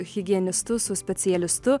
higienistu su specialistu